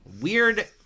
Weird